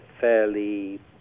fairly